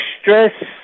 stress